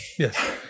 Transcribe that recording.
Yes